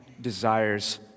desires